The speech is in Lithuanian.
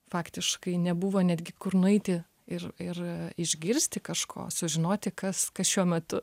faktiškai nebuvo netgi kur nueiti ir ir a išgirsti kažko sužinoti kas kas šiuo metu